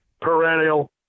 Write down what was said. perennial